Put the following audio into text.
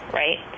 right